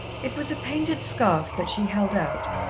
it was a painted scarf that she held out,